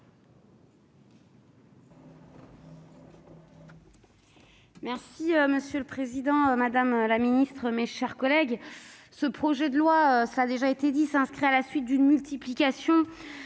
Monsieur le président, madame la ministre, mes chers collègues, ce projet de loi, cela a déjà été dit, intervient à la suite de multiples lois